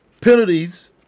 penalties